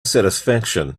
satisfaction